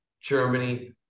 Germany